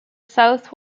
south